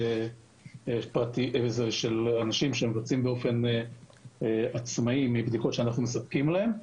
של אנשים שמבצעים בדיקות באופן עצמאי מבדיקות שאנחנו מספקים להם.